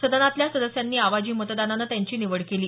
सदनातल्या सदस्यांनी आवाजी मतदानानं त्यांची निवड केली